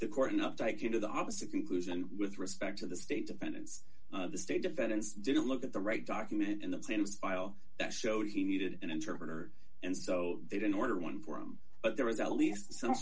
the court not take you to the opposite conclusion with respect to the state defendants of the state defendants didn't look at the right document in the same style that showed he needed an interpreter and so they didn't order one for him but there is at least some